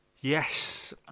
Yes